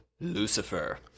Lucifer